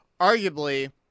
arguably